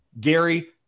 Gary